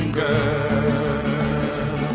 girl